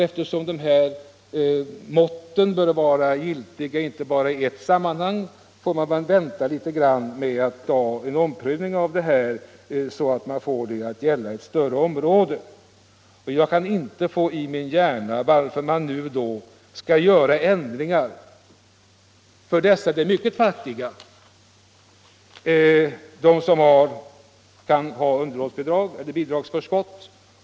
Eftersom dessa mått bör vara giltiga inte bara i ert sammanhang får man väl vänta litet med en omprövning, så att resultatet kan gälla ett större område. Jag kan inte få i min hjärna varför man nu skall göra ändringar för dem som kan ha underhållsbidrag eller bidragsförskott.